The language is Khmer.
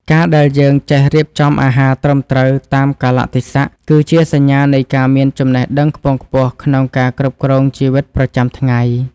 ការដែលយើងចេះរៀបចំអាហារត្រឹមត្រូវតាមកាលៈទេសៈគឺជាសញ្ញានៃការមានចំណេះដឹងខ្ពង់ខ្ពស់ក្នុងការគ្រប់គ្រងជីវិតប្រចាំថ្ងៃ។